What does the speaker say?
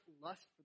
lust